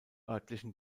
örtlichen